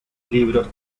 libros